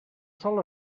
sol